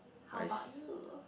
how about you